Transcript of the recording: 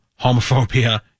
homophobia